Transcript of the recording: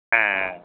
ஆ ஆ